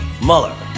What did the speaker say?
Mueller